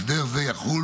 הסדר זה יחול